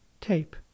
tape